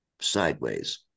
sideways